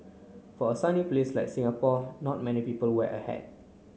for a sunny place like Singapore not many people wear a hat